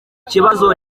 kibazo